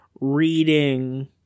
reading